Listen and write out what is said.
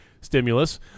stimulus